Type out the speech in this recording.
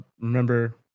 Remember